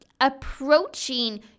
approaching